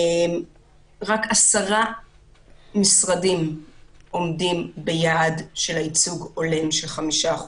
רק 10 משרדים עומדים ביעד ייצוג הולם של 5%,